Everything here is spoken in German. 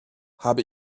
habe